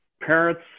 parents